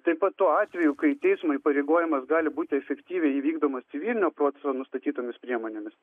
taip pat tuo atveju kai teismo įpareigojimas gali būti efektyviai įvykdomas civilinio proceso nustatytomis priemonėmis